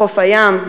חוף הים,